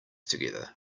together